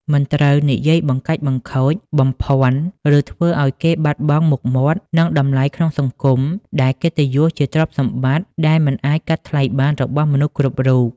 មិនត្រូវនិយាយបង្កាច់បង្ខូច បំភ័ន្ត ឬធ្វើឲ្យគេបាត់បង់មុខមាត់ និងតម្លៃក្នុងសង្គមដែលកិត្តិយសជាទ្រព្យសម្បត្តិដែលមិនអាចកាត់ថ្លៃបានរបស់មនុស្សគ្រប់រូប។។